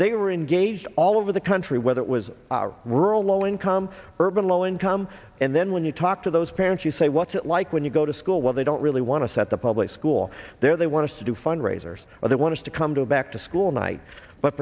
they were engaged all over the country whether it was rural low income urban low income and then when you talk to those parents you say what's it like when you go to school where they don't really want to set the public school there they want to do fundraisers or they want to come to back to school night but